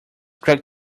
crack